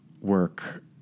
work